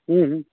हुँ हुँ